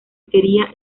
quería